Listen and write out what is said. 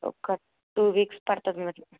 ఒక two weeks పడుతుంది మరి